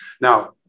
Now